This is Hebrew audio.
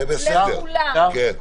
לכולם.